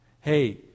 Hey